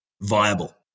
viable